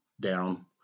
down